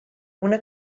una